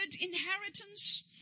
inheritance